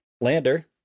Lander